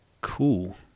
Cool